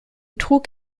trug